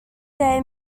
day